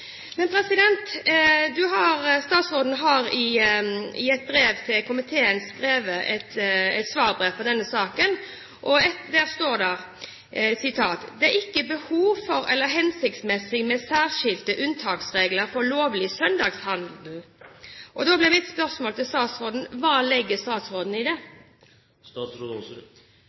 men hvis den er 105 eller 110 m2, da uthuler den helligdagsfredloven. Statsråden har i et brev til komiteen skrevet et svar på denne saken. Der står det at det ikke er «behov for eller hensiktsmessig med særskilte unntaksregler for lovlig søndagshandel». Da blir mitt spørsmål til statsråden: Hva legger statsråden i det?